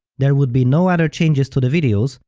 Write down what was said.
there would be no other changes to the videos,